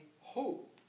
hope